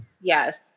yes